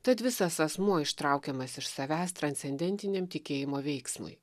tad visas asmuo ištraukiamas iš savęs transcendentiniam tikėjimo veiksmui